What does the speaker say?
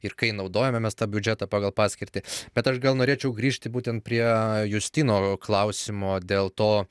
ir kai naudojame mes tą biudžetą pagal paskirtį bet aš gal norėčiau grįžti būtent prie justino klausimo dėl to